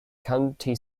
county